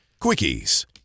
Quickies